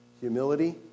humility